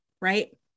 right